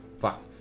fuck